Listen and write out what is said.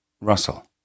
Russell